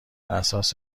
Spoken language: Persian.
اساس